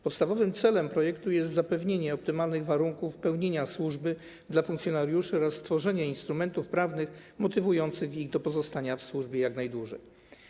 Podstawowym celem projektu jest zapewnienie optymalnych warunków pełnienia służby dla funkcjonariuszy oraz stworzenia instrumentów prawnych motywujących ich do pozostania w służbie jak najdłużej.